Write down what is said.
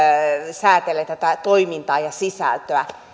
säätelee tätä toimintaa ja sisältöä